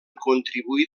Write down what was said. contribuir